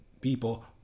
people